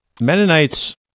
Mennonites